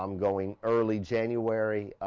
um going early january,